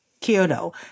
Kyoto